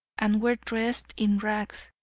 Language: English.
and were dressed in rags.